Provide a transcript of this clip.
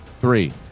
three